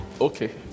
okay